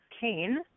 Kane